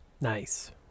Nice